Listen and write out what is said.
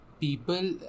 people